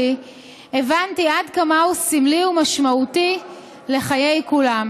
הבנתי עד כמה הוא סמלי ומשמעותי לחיי כולם.